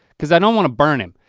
cause i don't wanna burn him.